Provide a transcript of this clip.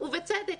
בצדק.